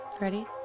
Ready